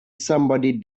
somebody